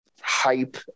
hype